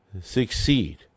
succeed